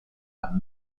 and